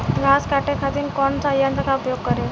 घास काटे खातिर कौन सा यंत्र का उपयोग करें?